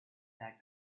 that